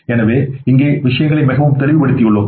எனவே இங்கே விஷயங்களை மிகவும் தெளிவுபடுத்தியுள்ளோம்